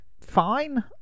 fine